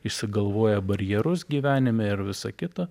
išsigalvoja barjerus gyvenime ir visa kita